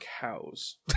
cows